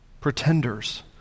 pretenders